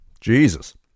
Jesus